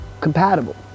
compatible